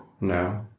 No